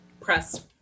press